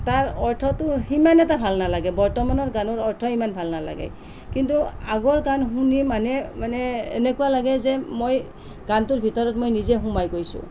তাৰ অৰ্থটো সিমান এটা ভাল নালাগে বৰ্তমানৰ গানৰ অৰ্থ ইমান ভাল নালাগে কিন্তু আগৰ গান শুনি মানে মানে এনেকুৱা লাগে যে মই গানটোৰ ভিতৰত মই নিজে সোমাই গৈছোঁ